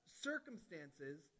circumstances